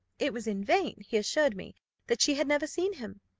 it was in vain he assured me that she had never seen him.